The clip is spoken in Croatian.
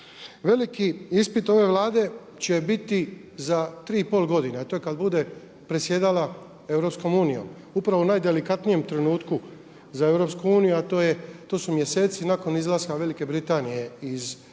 Veliki ispit ove Vlade će biti za 3,5 godine, a to je kada bude predsjedala EU, upravo u najdelikatnijem trenutku za EU a to su mjeseci nakon izlaska Velike Britanije iz EU.